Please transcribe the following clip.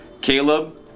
Caleb